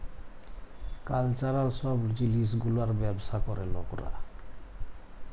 cultural সব জিলিস গুলার ব্যবসা ক্যরে লকরা